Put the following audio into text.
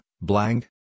blank